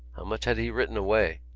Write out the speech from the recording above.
much had he written away?